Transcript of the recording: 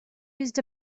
used